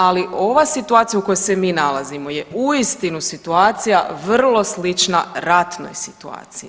Ali ova situacija u kojoj se mi nalazimo je uistinu situacija vrlo slična ratnoj situaciji.